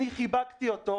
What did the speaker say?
אני חיבקתי אותו,